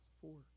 four